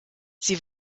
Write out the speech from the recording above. sie